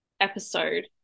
episode